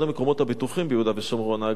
אחד המקומות הבטוחים בשומרון,